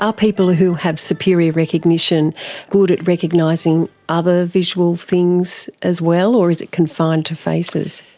ah people who have superior recognition good at recognising other visual things as well, or is it confined to faces?